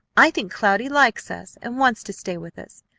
i think cloudy likes us, and wants to stay with us.